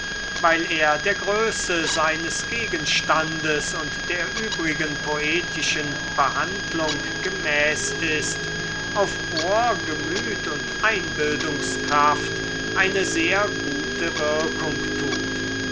weil er der größe seines gegenstandes und der übrigen poetischen behandlung gemäß ist auf ohr gemüt und einbildungskraft eine sehr gute wirkung tut